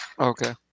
Okay